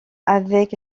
avec